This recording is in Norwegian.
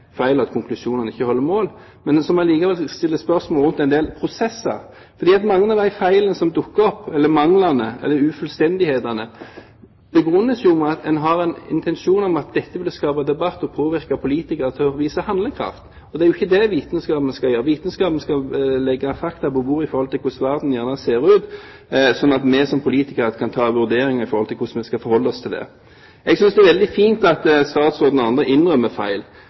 feil, og at konklusjonene ikke holder mål. Men en må likevel stille spørsmål ved en del prosesser, fordi mange av de feilene, manglene eller ufullstendighetene som dukker opp, begrunnes med at en har en intensjon om at dette ville skape debatt og påvirke politikere til å vise handlekraft. Det er jo ikke det vitenskapen skal gjøre. Vitenskapen skal legge fakta på bordet i forhold til hvordan verden ser ut, slik at vi som politikere kan foreta vurderinger av hvordan vi skal forholde oss til det. Jeg synes jeg det er veldig fint at statsråden og andre innrømmer feil,